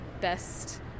best